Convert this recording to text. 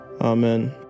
Amen